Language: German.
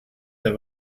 der